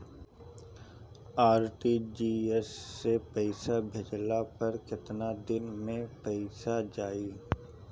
RTGS से पईसा भेजला पर केतना दिन मे पईसा जाई?